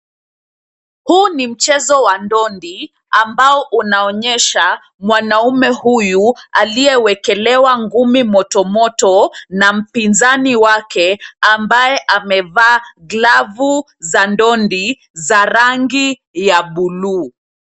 Huu ni mchezo wa ndondi ambao unaonyesha mwanaume huyu aliye wekelewa ngumi moto, moto na mpinzani wake ambaye amevaa glavu za ndondi za rangi ya bluu.